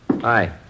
Hi